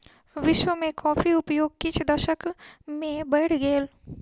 विश्व में कॉफ़ीक उपयोग किछ दशक में बैढ़ गेल